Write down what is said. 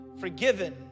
forgiven